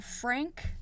Frank